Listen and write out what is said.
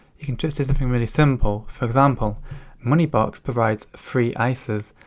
you can just do something really simple. for example moneybox provides free isas,